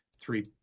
three